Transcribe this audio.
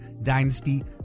Dynasty